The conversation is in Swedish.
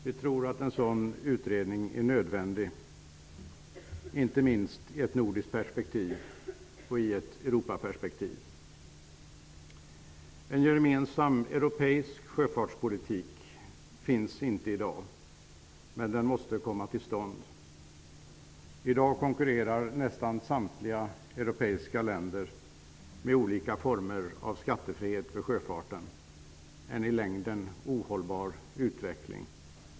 Vi tror att en sådan utredning är nödvändig, inte minst i ett nordiskt perspektiv och i ett Europaperspektiv. I dag finns det ingen gemensam europeisk sjöfartspolitik, men en sådan måste komma till stånd. I dag konkurrerar nästan samtliga europeiska länder inbördes med olika former av skattefrihet för sjöfarten -- en i längden ohållbar utveckling.